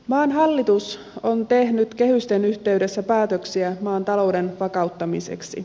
maan hallitus on tehnyt kehysten yhteydessä päätöksiä maan talouden vakauttamiseksi